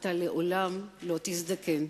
אתה לעולם לא תזדקן.